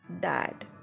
dad